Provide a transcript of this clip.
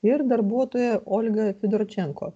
ir darbuotoja olga fidorčenko